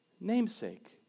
namesake